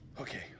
okay